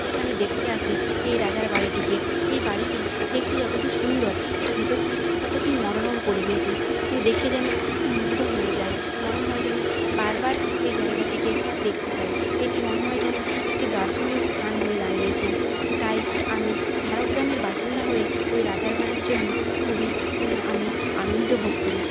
এখানে দেখতে আসে এই রাজার বাড়িটিকে এই বাড়িটি দেখতে যতোটি সুন্দর এর ভেতরটি ততোটি মনোরম পরিবেশে দেখে যেন মুগ্ধ হয়ে যায় মনে হয় যেন বারবার এই জায়গাটিকে দেখতে যাই এটি মনে হয় যেন একটি দর্শনীয় স্থান হয়ে দাঁড়িয়েছে তাই আমি ঝাড়গ্রামের বাসিন্দা হয়ে ওই রাজার বাড়ির জন্য খুবই আমি আনন্দ ভোগ করি